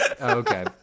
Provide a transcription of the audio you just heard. Okay